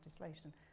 legislation